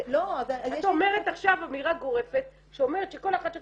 את אומרת עכשיו אמירה גורפת שאומרת שכל אחת שאת